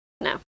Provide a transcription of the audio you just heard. No